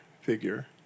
figure